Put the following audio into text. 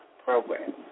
Program